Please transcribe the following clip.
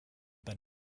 been